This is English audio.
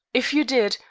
if you did,